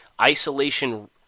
isolation